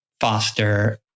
foster